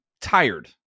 tired